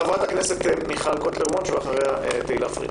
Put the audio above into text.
חברת הכנסת מיכל קוטלר וונש, ואחריה חברת